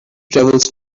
travels